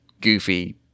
goofy